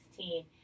2016